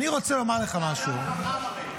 אני רוצה לומר לך משהו --- אתה אדם חכם, אחי.